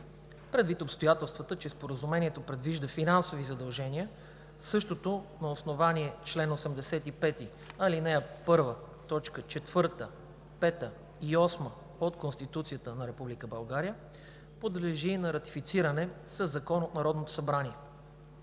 Предвид обстоятелствата, че Споразумението предвижда финансови задължения, същото на основание чл. 85, ал. 1, т. 4, 5 и 8 от Конституцията на Република България подлежи на ратифициране със закон от Народното събрание.